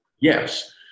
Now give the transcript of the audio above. Yes